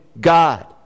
God